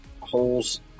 holes